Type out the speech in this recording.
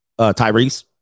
Tyrese